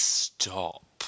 stop